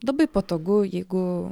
labai patogu jeigu